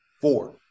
four